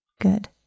Good